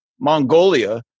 Mongolia